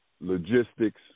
logistics